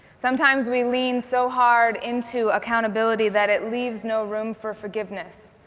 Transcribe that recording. sometimes we lean so hard into accountability that it leaves no room for forgiveness.